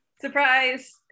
Surprise